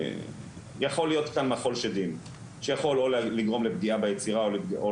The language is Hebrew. יכול להיות כאן "מחול שדים" שיכול או לגרום בפגיעה ביצירה,